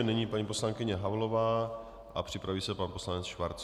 Nyní paní poslankyně Havlová a připraví se pan poslanec Schwarz.